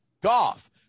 Golf